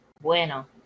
Bueno